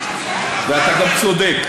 ואתה גם צודק.